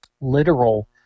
literal